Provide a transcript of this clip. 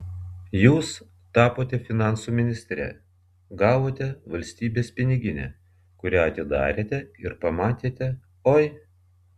jūs tapote finansų ministre gavote valstybės piniginę kurią atsidarėte ir pamatėte oi